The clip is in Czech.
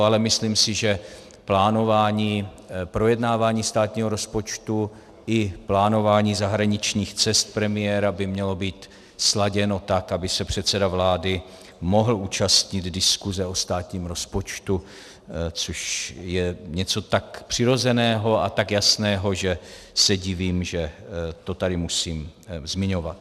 Ale myslím si, že projednávání státního rozpočtu i plánování zahraničních cest premiéra by mělo být sladěno tak, aby se předseda vlády mohl účastnit diskuze o státním rozpočtu, což je něco tak přirozeného a tak jasného, že se divím, že to tady musím zmiňovat.